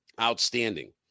outstanding